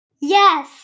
Yes